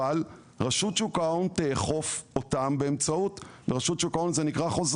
אבל שרשות חוק ההון תאכוף אותם באמצעות חוזרים.